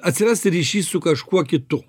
atsirasti ryšys su kažkuo kitu